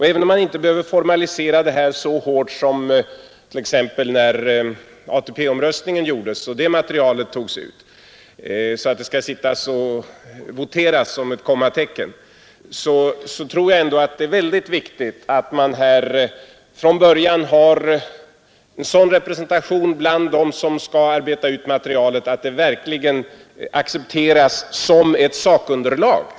Även om man inte behöver formalisera det lika hårt som man gjorde när materialet för ATP-omröstningen togs ut — så att man blev tvungen att sitta och votera om ett kommatecken — är det mycket viktigt att man bland dem som skall arbeta ut materialet från början har en sådan representation att materialet verkligen accepteras som ett sakunderlag.